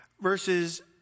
verses